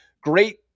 great